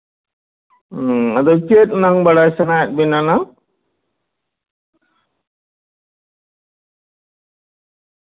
ᱦᱩᱸ ᱟᱫᱚ ᱪᱮᱫ ᱨᱮᱱᱟᱝ ᱵᱟᱲᱟᱭ ᱥᱟᱱᱟᱭᱮᱫ ᱵᱮᱱᱟ ᱱᱟᱝ